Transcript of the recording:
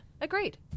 agreed